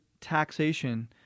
taxation